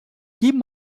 que